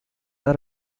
are